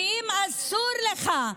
ואם אסור לך,